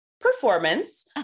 performance